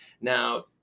now